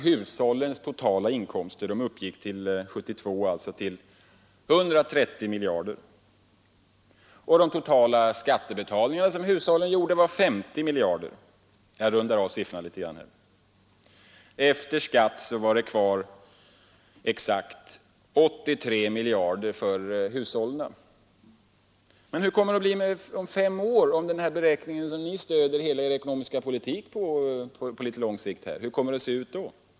Hushållens totala inkomster för 1972 uppgick till 130 miljarder kronor och de totala skattebetalningar som hushållen gjorde var 50 miljarder — jag har rundat av siffrorna litet. Efter skatt var det kvar exakt 83 miljarder kronor för hushållen. Men hur kommer det att bli om fem år med de beräkningar som ni stöder hela er ekonomiska politik på?